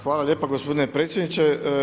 Hvala lijepa gospodine predsjedniče.